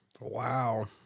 Wow